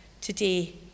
today